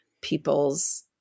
people's